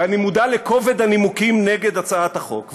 ואני מודע לכובד הנימוקים נגד הצעת החוק,